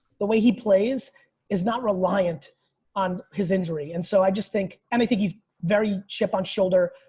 the way he plays is not reliant on his injury. and so i just think, and i think he's very chip on shoulder.